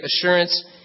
assurance